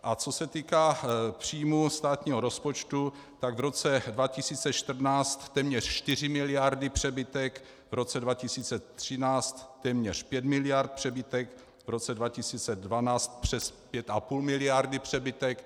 A co se týká příjmů státního rozpočtu, tak v roce 2014 téměř 4 miliardy přebytek, v roce 2013 téměř 5 miliard přebytek, v roce 2012 přes 5,5 miliardy přebytek.